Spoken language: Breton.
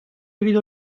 evit